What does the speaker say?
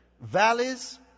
Valleys